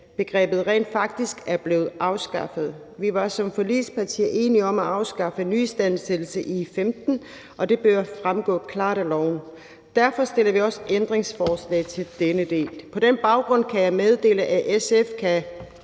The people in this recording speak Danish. rent faktisk er blevet afskaffet. Vi var som forligspartier enige om at afskaffe nyistandsættelse i 2015, og det bør fremgå klart af loven. Derfor stiller vi også ændringsforslag til denne del. På den baggrund kan jeg meddele, at SF kun